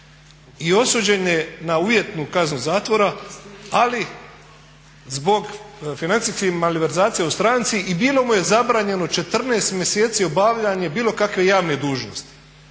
i osuđen je na uvjetnu kaznu zatvora, ali zbog financijskih malverzacija u stranci i bilo mu je zabranjeno 14 mjeseci obavljanje bilo kakve javne dužnosti.